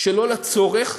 שלא לצורך.